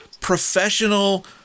professional